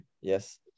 yes